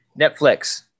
Netflix